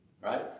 Right